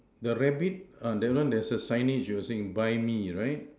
the rabbit uh that one there's a signage you were saying buy me right